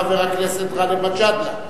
לחבר הכנסת גאלב מג'אדלה.